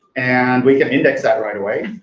and we can index that right away.